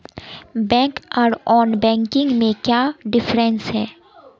Bank आर non banking में क्याँ डिफरेंस है?